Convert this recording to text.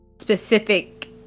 specific